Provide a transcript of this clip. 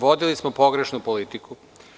Vodili smo pogrešnu politiku.